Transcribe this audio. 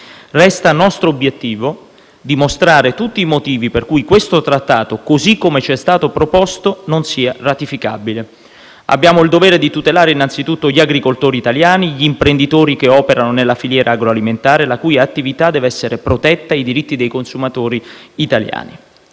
Resta nostro obiettivo dimostrare tutti i motivi per cui questo Trattato, così come ci è stato proposto, non sia ratificabile. Abbiamo il dovere di tutelare innanzi tutto gli agricoltori italiani, gli imprenditori che operano nella filiera agroalimentare, la cui attività deve essere protetta, e i diritti dei consumatori italiani.